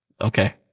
okay